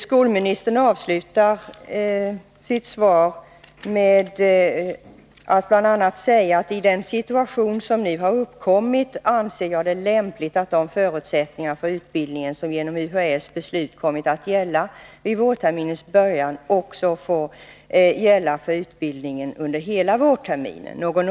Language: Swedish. Skolministern avslutar sitt svar med att bl.a. säga: ”I den situation som nu har uppkommit anser jag det lämpligt att de förutsättningar för utbildningen som genom UHÄ:s beslut kommit att gälla vid vårterminens början också får gälla för utbildningen under hela vårterminen.